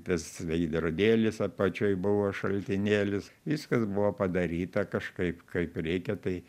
tas veidrodėlis apačioj buvo šaltinėlis viskas buvo padaryta kažkaip kaip reikia tai